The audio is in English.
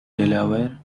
delaware